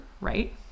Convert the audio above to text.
right